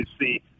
see